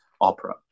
opera